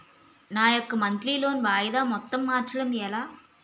నా యెక్క monthly loan వాయిదా మొత్తం మార్చడం ఎలా?